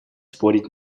спорить